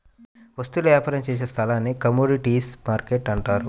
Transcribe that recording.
వస్తువుల వ్యాపారం చేసే స్థలాన్ని కమోడీటీస్ మార్కెట్టు అంటారు